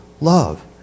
love